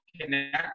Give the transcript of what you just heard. connect